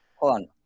on